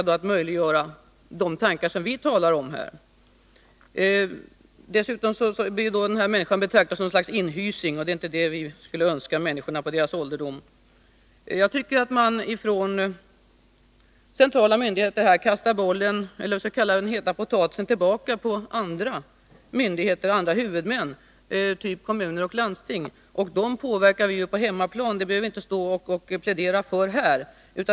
Dessutom blir den här människan då betraktad som ett slags inhysing, och det är inte vad vi önskar människorna på deras ålderdom. Jag tycker att man från centrala myndigheter lämnar över den heta potatisen till andra, till myndigheter av typen kommuner och landsting. Men dem påverkar vi ju på hemmaplan — det behöver vi inte plädera för här.